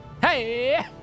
Hey